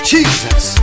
Jesus